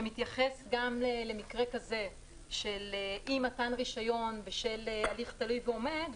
שמתייחס גם למקרה כזה של אי-מתן רישיון בשל הליך תלוי ועומד.